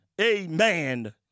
amen